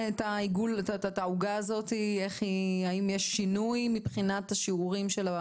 האם יש בעוגה הזאת שינוי מבחינת השיעורים?